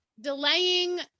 delaying